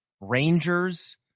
Rangers